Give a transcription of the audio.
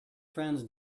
friends